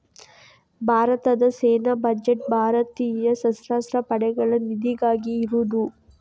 ಭಾರತದ ಸೇನಾ ಬಜೆಟ್ ಭಾರತೀಯ ಸಶಸ್ತ್ರ ಪಡೆಗಳ ನಿಧಿಗಾಗಿ ಇರುದು